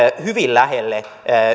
hyvin lähelle